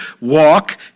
walk